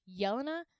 Yelena